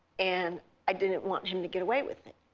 and i didn't want him to get away with it.